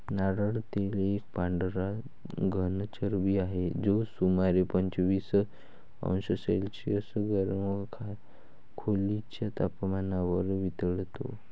नारळ तेल एक पांढरा घन चरबी आहे, जो सुमारे पंचवीस अंश सेल्सिअस गरम खोलीच्या तपमानावर वितळतो